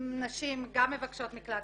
נשים גם מבקשות מקלט,